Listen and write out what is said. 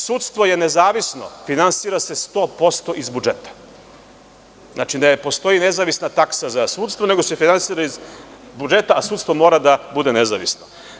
Sudstvo je nezavisno, finansira se 100% iz budžeta, znači ne postoji nezavisna taksa za sudstvo nego se finansira iz budžeta, a sudstvo mora da bude nezavisno.